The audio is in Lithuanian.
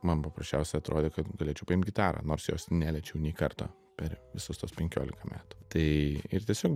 man paprasčiausia atrodė kad galėčiau paimt gitarą nors jos neliečiau nei karto per visus tuos penkiolika metų tai ir tiesiog